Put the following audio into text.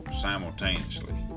simultaneously